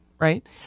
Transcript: right